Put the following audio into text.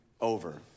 over